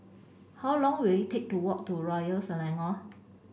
how long will it take to walk to Royal Selangor